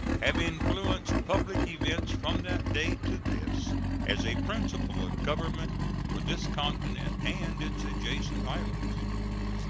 have influenced public events from that day to this as a principle of government for this continent and its adjacent islands.